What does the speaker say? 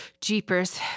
jeepers